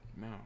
No